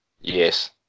Yes